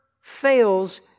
fails